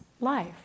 life